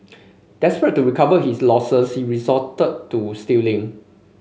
desperate to recover his losses he resorted to stealing